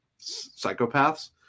psychopaths